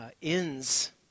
Inns